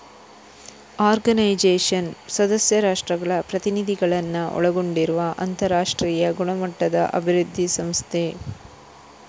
organisation ಸದಸ್ಯ ರಾಷ್ಟ್ರಗಳ ಪ್ರತಿನಿಧಿಗಳನ್ನ ಒಳಗೊಂಡಿರುವ ಅಂತರಾಷ್ಟ್ರೀಯ ಗುಣಮಟ್ಟದ ಅಭಿವೃದ್ಧಿ ಸಂಸ್ಥೆ